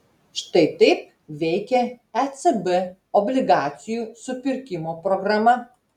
štai taip veikia ecb obligacijų supirkimo programa